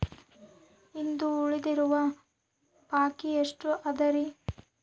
ಇಂದು ಉಳಿದಿರುವ ಬಾಕಿ ಎಷ್ಟು ಅದರಿ?